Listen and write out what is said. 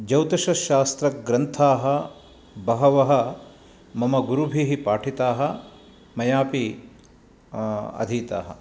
ज्यौतिषशास्त्रग्रन्थाः बहवः मम गुरुभिः पाठिताः मयापि अधीताः